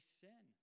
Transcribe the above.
sin